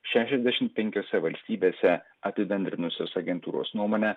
šešiasdešim penkiose valstybėse apibendrinusios agentūros nuomonę